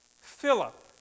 Philip